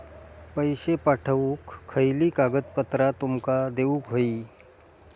पैशे पाठवुक खयली कागदपत्रा तुमका देऊक व्हयी?